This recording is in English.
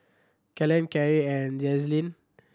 Kellen Karie and Jazlynn